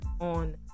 on